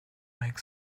make